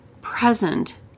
present